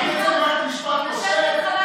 מערכת משפט כושלת.